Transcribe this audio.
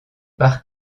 par